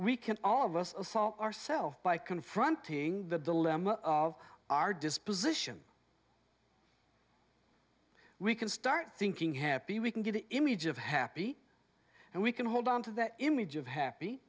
we can all of us ourself by confronting the dilemma of our disposition we can start thinking happy we can get an image of happy and we can hold on to that image of happy